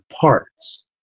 parts